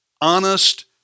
honest